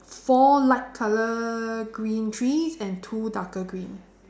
four light colour green trees and two darker green